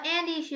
Andy